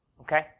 Okay